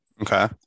okay